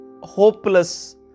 hopeless